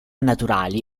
naturali